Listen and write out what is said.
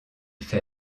fait